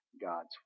God's